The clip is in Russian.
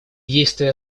действия